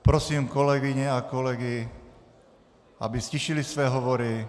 Prosím kolegyně a kolegy, aby ztišili své hovory.